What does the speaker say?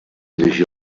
llegir